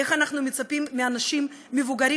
אז איך אנחנו מצפים מאנשים מבוגרים,